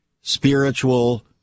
spiritual